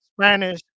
Spanish